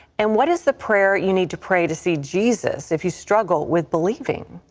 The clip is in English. and what is the prayer you need to pray to see jesus if you struggle with believing?